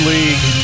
League